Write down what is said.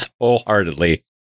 wholeheartedly